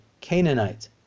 Canaanite